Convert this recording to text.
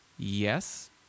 Yes